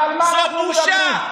זו בושה.